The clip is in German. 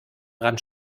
dran